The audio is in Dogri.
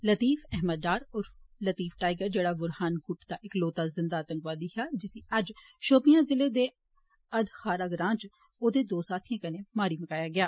तलीफ अहमद डार उर्फ लतीफ टाईगर जेड़ा बुरहाल गुट दा इकलोता जिन्दा आतंकवादी हा जिसी अज्ज शौपियां जिल दे अदखारा ग्रां इच इोदे दो साथिएं कन्नै मारी मकाया गेआ